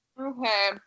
Okay